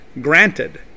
granted